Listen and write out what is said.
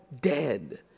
dead